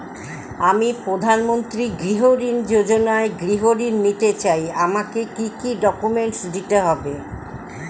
আমি প্রধানমন্ত্রী গৃহ ঋণ যোজনায় গৃহ ঋণ নিতে চাই আমাকে কি কি ডকুমেন্টস দিতে হবে?